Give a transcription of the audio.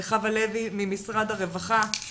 לחוה לוי ממשרד הרווחה,